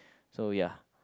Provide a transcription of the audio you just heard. so ya